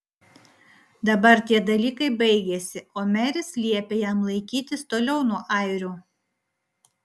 dabar tie dalykai baigėsi o meris liepė jam laikytis toliau nuo airių